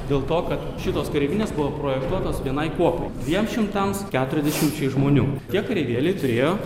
dėl to kad šitos kareivinės buvo projektuotas vienai kuopai dviem šimtams keturiasdešimčiai žmonių tie kareivėliai turėjo